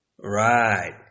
Right